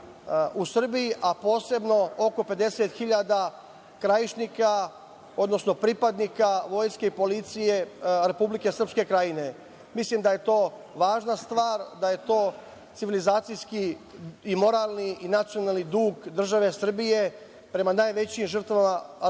u Srbiji, a posebno oko 50.000 Krajišnika, odnosno pripadnika Vojske i policije Republike Srpske Krajine. Mislim da je to važna stvar da je to civilizacijski i moralni i nacionalni dug države Srbije prema najvećim žrtvama rata